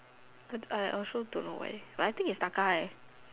I I also don't know where but I think is Taka eh